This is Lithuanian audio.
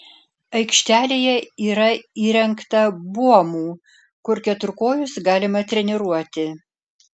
aikštelėje yra įrengta buomų kur keturkojus galima treniruoti